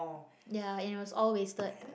ya and it was all wasted